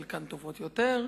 חלקן טובות יותר,